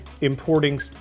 importing